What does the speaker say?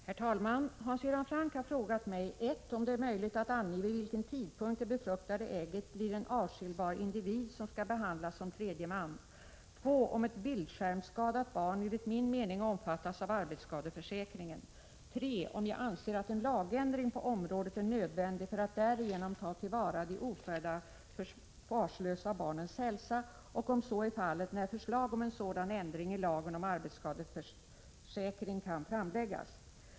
Herr talman! Hans Göran Franck har frågat mig 1. om det är möjligt att ange vid vilken tidpunkt det befruktade ägget blir en avskiljbar individ som skall behandlas som tredje man, 2. om ett bildskärmsskadat barn enligt min mening omfattas av arbetsskadeförsäkringen, 5 3. om jag anser att en lagändring på området är nödvändig för att därigenom ta till vara de ofödda, försvarslösa barnens hälsa och, om så är fallet, när förslag om en sådan ändring i lagen om arbetsskadeförsäkring kan framläggas.